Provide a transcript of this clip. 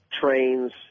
trains